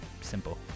simple